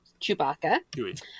Chewbacca